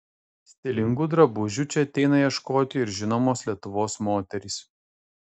stilingų drabužių čia ateina ieškoti ir žinomos lietuvos moterys